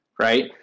right